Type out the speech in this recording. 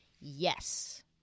Yes